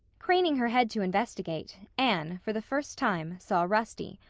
craning her head to investigate, anne, for the first time, saw rusty.